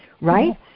right